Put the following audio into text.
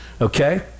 okay